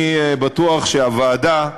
אני בטוח שהוועדה,